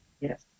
Yes